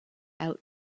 out